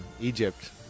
egypt